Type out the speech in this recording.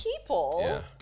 people